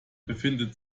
befindet